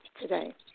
today